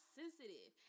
sensitive